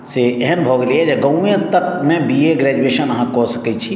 से एहन भऽ गेलैया से गाँवे तक मे बीए ग्रेजुएशन अहाँ कऽ सकैत छी से सुविधा आब प्राप्त भऽ गेलैया